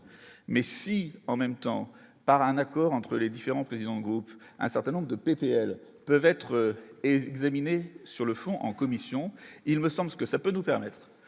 mais si en même temps par un accord entre les différents présidents groupes un certain nombre de PPL peuvent être et examinée sur le fond, en commission, il me semble que ça peut nous permettre